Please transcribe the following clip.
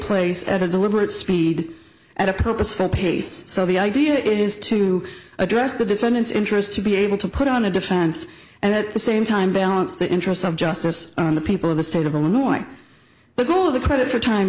place at a deliberate speed and a purposeful pace so the idea is to address the defendant's interest to be able to put on a defense and at the same time balance the interests of justice on the people of the state of illinois but all of the credit for time